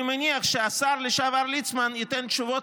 אני מניח שהשר לשעבר ליצמן ייתן תשובות